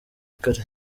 kare